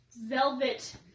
velvet